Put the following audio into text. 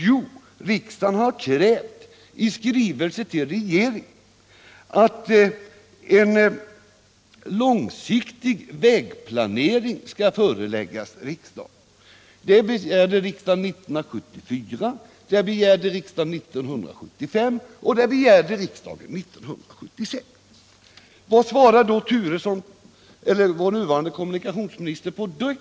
Jo, riksdagen har i skrivelser till regeringen krävt att ett förslag till en långsiktig vägplanering skulle föreläggas riksdagen. Det begärde riksdagen 1974, det begärde riksdagen 1975 och det begärde riksdagen 1976. Vad svarar då vår nuvarande kommunikationsminister på det kravet?